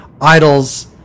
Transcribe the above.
idols